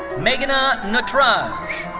meghna natraj.